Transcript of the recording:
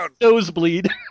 nosebleed